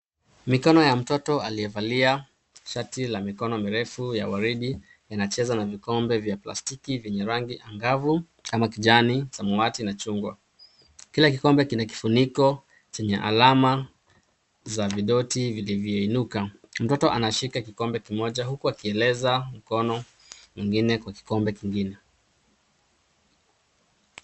Mikono ya mtoto aliyevalia shati lenye mikono mirefu ya waridi inacheza na vikombe vya plastiki vyenye rangi angavu ama kijani, samawati na chungwa. Kila kikombe kina kifuniko cha alama za vidoti vilivyoinuka. Mtoto anashika kikombe kimoja huku akielekeza mkono mwingine kwa kikombe kingine.